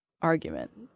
argument